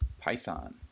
Python